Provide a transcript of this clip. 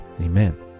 Amen